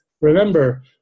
Remember